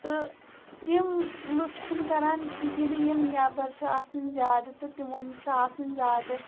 تہٕ تِم لوٗکھ چھِنہٕ کَران کِہیٖنۍ نہٕ یِم نیٚبَر چھِ آسان زیادٕ تہٕ تِمو چھِ آسان زیادٕ